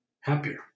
happier